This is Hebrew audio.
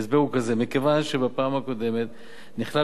ההסבר הוא כזה: מכיוון שבפעם הקודמת נכלל